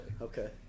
Okay